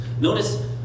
Notice